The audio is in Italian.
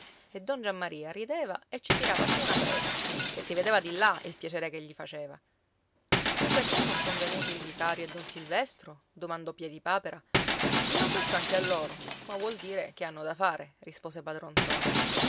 e don giammaria rideva e ci tirava su una presa che si vedeva di là il piacere che gli faceva o perché non sono venuti il vicario e don silvestro domandò piedipapera gliel'ho detto anche a loro ma vuol dire che hanno da fare rispose padron ntoni